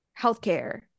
healthcare